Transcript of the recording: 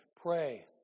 pray